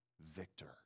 victor